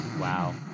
Wow